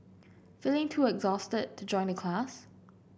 feeling too exhausted to join the class